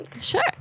Sure